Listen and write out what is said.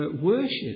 worship